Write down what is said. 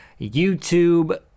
YouTube